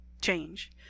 change